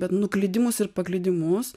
bet nuklydimus ir paklydimus